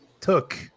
took